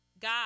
God